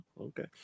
okay